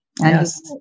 Yes